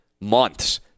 months